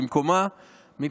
בהסכמת ראש הממשלה,